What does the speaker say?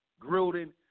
Gruden